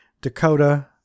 Dakota